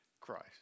Christ